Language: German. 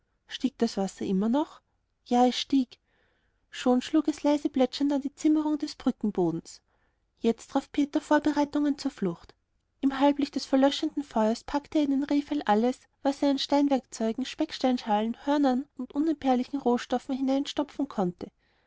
steigt das wasser immer noch ja es stieg schon schlug es leise plätschernd an die zimmerung des brückenbodens jetzt traf peter vorbereitungen zur flucht im halblicht des verlöschenden feuers packte er in ein rehfell alles was er an steinwerkzeugen specksteinschalen hörnern und unentbehrlichen rohstoffen hineinstopfen konnte